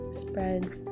spreads